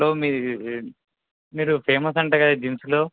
hello మీరు మీరు famous అంట కదా జీన్సులో